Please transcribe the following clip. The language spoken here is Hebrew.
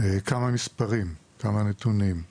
כמה נתונים: